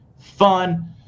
fun